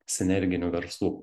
sinerginių verslų